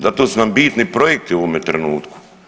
Zato su nam bitni projekti u ovome trenutku.